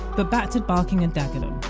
but back to barking and dagenham.